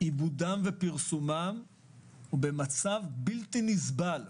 עיבודם ופרסומם נמצא במצב בלתי נסבל.